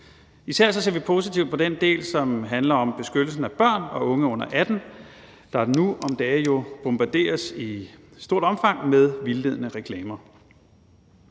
Især ser vi positivt på den del, som handler om beskyttelsen af børn og unge under 18 år, der nu om dage jo bombarderes i stort omfang med vildledende reklamer.